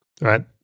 right